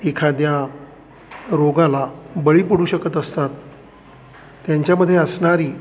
एखाद्या रोगाला बळी पडू शकत असतात त्यांच्यामध्ये असणारी